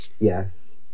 Yes